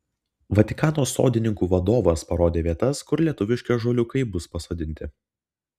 vatikano sodininkų vadovas parodė vietas kur lietuviški ąžuoliukai bus pasodinti